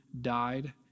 died